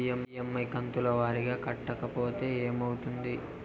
EMI కంతుల వారీగా కట్టకపోతే ఏమవుతుంది?